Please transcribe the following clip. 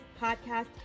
podcast